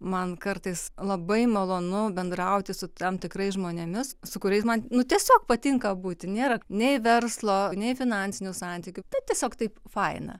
man kartais labai malonu bendrauti su tam tikrais žmonėmis su kuriais man nu tiesiog patinka būti nėra nei verslo nei finansinių santykių tai tiesiog taip faina